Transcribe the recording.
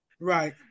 Right